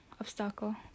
Obstacle